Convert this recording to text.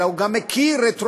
אלא הוא גם הכיר רטרואקטיבית,